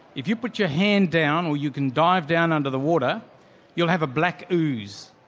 if you put your hand down or you can dive down under the water you'll have a black ooze.